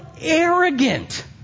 arrogant